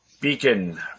beacon